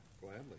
Gladly